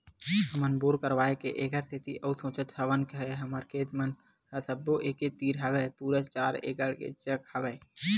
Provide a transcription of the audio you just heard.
हमन बोर करवाय के ऐखर सेती अउ सोचत हवन के हमर खेत मन ह सब्बो एके तीर हवय पूरा चार एकड़ के चक हवय